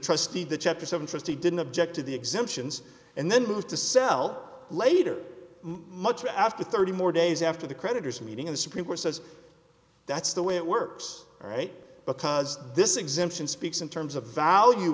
trustee the chapter seven trustee didn't object to the exemptions and then moved to sell later much after thirty more days after the creditors meeting in the supreme court says that's the way it works right because this exemption speaks in terms of the value